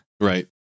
Right